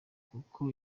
kuko